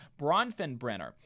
Bronfenbrenner